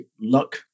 luck